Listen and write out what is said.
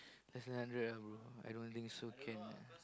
less than hundred ah bro I don't think so can